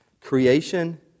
Creation